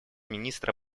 министра